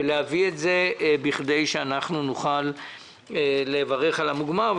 להביא את זה בכדי שאנחנו נוכל לברך על המוגמר.